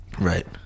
Right